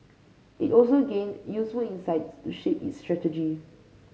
it also gained useful insights to shape its strategy